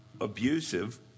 abusive